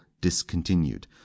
discontinued